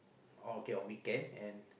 uh okay on weekend and